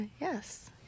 yes